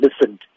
listened